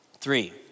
Three